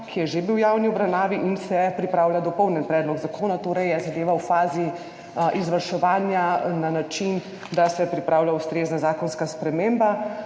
ki je že bil v javni obravnavi, in se pripravlja dopolnjen predlog zakona. Torej je zadeva v fazi izvrševanja na način, da se pripravlja ustrezna zakonska sprememba